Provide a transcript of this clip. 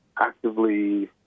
actively